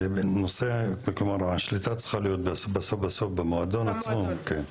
השליטה צריכה להיות בסוף במועדון עצמו.